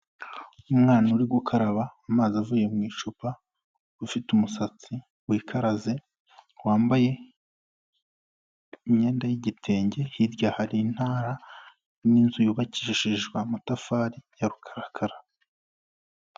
Umwana urigukaraba amazi avuye mu icupa ufite umusatsi wikaraze, wambaye imyenda y'igitenge. Hirya hari intara n'inzu yubakishijwe amatafari ya rukarakara.